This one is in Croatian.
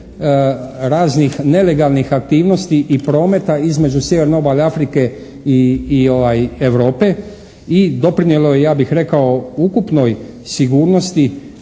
raznih nelegalnih aktivnosti i prometa između sjeverne obale Afrike i Europe i doprinijelo je ja bih rekao ukupnoj sigurnosti